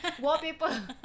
wallpaper